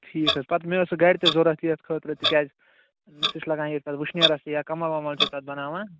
ٹھیٖک حظ پَتہٕ مےٚ ٲس سۄ گھرِ تہِ ضروٗرت یتھ خٲطرٕ تِکیٛازِ سۄ چھ لگان ییٚتہِ نَس وُشنیرَس تہِ یا کمل ومل چھِ تتھ بناوان